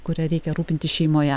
kuria reikia rūpintis šeimoje